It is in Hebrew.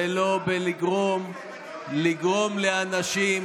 לא בלגרום לאנשים,